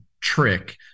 trick